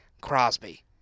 Crosby